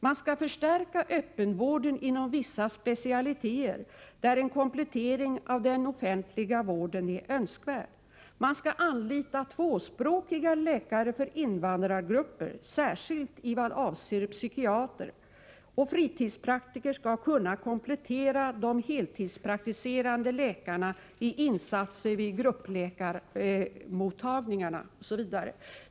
Där en komplettering av den offentliga vården är önskvärd skall öppenvården förstärkas då det gäller vissa specialiteter. Man skall anlita tvåspråkiga läkare för invandrargrupper, särskilt när det gäller psykiatriker. Fritidspraktiker skall kunna komplettera de heltidspraktiserande läkarna genom insatser vid gruppläkarmottagningarna, osv.